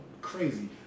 crazy